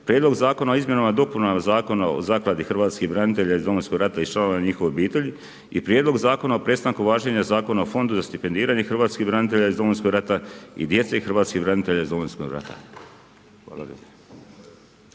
Prijedlog zakona o Izmjenama i dopunama Zakona o Zakladi hrvatskih branitelja iz Domovinskog rata i članova njihovih obitelji i Prijedlog zakona o prestanku važenja Zakona o Fondu za stipendiranje hrvatskih branitelja iz Domovinskog rata i djece hrvatskih branitelja iz Domovinskog rata. Hvala lijepa.